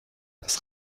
das